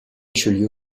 richelieu